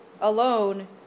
Alone